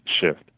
shift